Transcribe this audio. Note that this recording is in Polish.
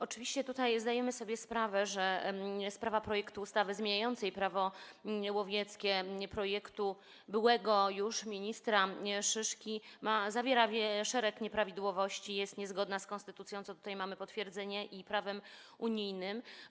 Oczywiście zdajemy sobie sprawę, że projekt ustawy zmieniającej Prawo łowieckie, projekt byłego już ministra Szyszki, zawiera szereg nieprawidłowości, jest niezgodny z konstytucją, czego tutaj mamy potwierdzenie, i prawem unijnym.